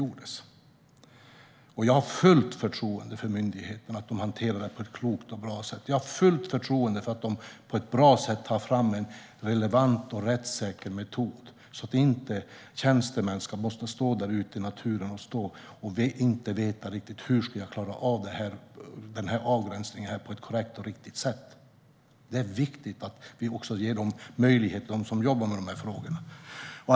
Jag har fullt förtroende för att myndigheten hanterar det här på ett klokt och bra sätt. Jag har fullt förtroende för att de på ett bra sätt tar fram en relevant och rättssäker metod. Tjänstemän ska inte behöva stå där ute i naturen och inte veta riktigt hur de ska klara av att göra en sådan avgränsning på ett korrekt sätt. Det är viktigt att vi ger dem som jobbar med de här frågorna möjligheter att göra det.